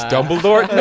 Dumbledore